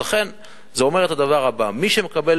לכן זה אומר את הדבר הבא: מי שמקבל